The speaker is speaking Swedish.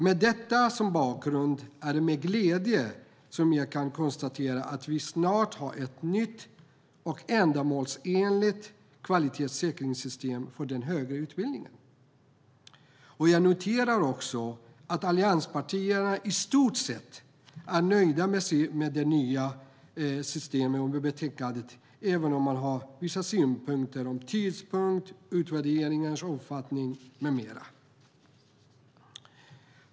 Med detta som bakgrund är det med glädje jag kan konstatera att vi snart har ett nytt och ändamålsenligt kvalitetssäkringssystem för den högre utbildningen. Jag noterar också att allianspartierna i stort sett är nöjda med systemet i betänkandet, även om man har vissa synpunkter när det gäller tidpunkt, utvärderingars omfattning med mera.